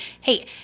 hey